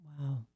Wow